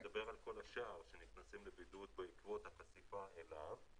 אני מדבר על כל השאר שנכנסים לבידוד בעקבות החשיפה אליו.